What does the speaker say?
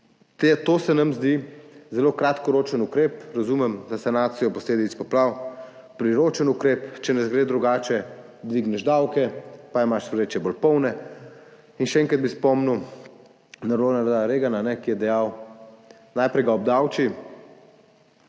To se nam zdi zelo kratkoročen ukrep. Razumem, za sanacijo posledic poplav priročen ukrep, če ne gre drugače, dvigneš davke pa imaš vreče bolj polne. In še enkrat bi spomnil na Ronalda Reagana, ki je dejal: najprej ga obdavči,